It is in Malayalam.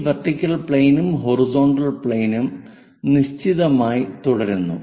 ഈ വെർട്ടിക്കൽ പ്ലെയിനും ഹൊറിസോണ്ടൽ പ്ലെയിനും നിശ്ചിതമായി തുടരുന്നു